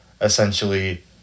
Essentially